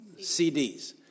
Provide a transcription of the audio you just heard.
CDs